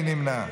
מי נמנע?